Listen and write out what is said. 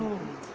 mm